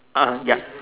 ah yup